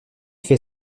fait